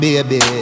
Baby